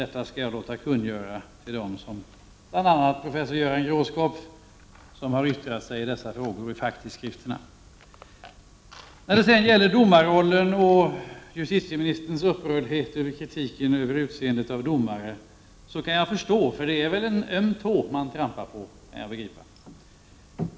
Detta skall jag låta kungöra för dem som har yttrat sig i dessa frågor i facktidskrifterna, bl.a. professor Göran Grosskopf. Justitieministerns upprördhet över kritiken över utseendet av domare kan jag förstå, eftersom jag begriper att man trampar på en öm tå.